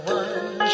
one